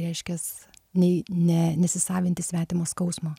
reiškias nei ne nesisavinti svetimo skausmo